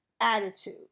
attitude